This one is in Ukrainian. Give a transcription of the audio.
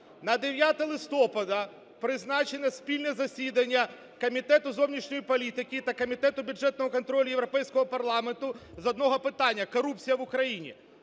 На 9 листопада призначено спільне засідання Комітету зовнішньої політики та Комітету бюджетного контролю Європейського парламенту з одного питання – корупція в Україні.